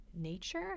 nature